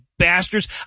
bastards